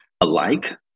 alike